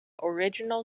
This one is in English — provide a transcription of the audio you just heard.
original